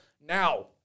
Now